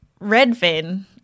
Redfin